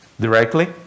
directly